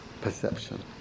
perception